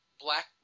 Black